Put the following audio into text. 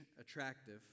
attractive